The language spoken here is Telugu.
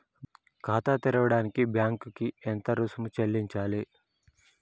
ఖాతా తెరవడానికి బ్యాంక్ కి ఎంత రుసుము చెల్లించాలి?